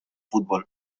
fútbol